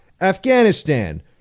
afghanistan